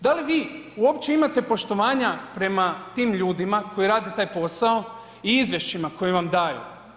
Da li vi uopće imate poštovanja prema tim ljudima koji rade taj posao i izvješćima koje vam daju?